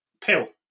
pill